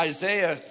Isaiah